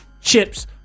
chips